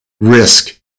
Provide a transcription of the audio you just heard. risk